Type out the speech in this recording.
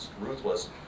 ruthless